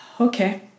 Okay